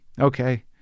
okay